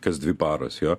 kas dvi paros jo